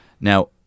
Now